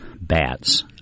bats